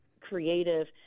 creative